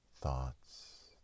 Thoughts